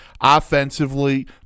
Offensively